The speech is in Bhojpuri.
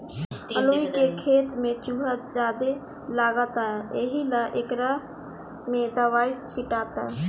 अलूइ के खेत में चूहा ज्यादे लगता एहिला एकरा में दवाई छीटाता